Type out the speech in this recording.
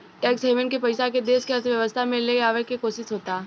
tax haven के पइसा के देश के अर्थव्यवस्था में ले आवे के कोशिस होता